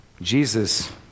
Jesus